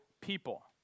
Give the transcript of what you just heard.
people